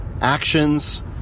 actions